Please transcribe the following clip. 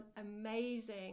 amazing